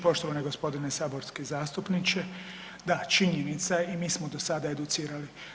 Poštovani gospodine saborski zastupniče, da činjenica je i mi smo do sada educirali.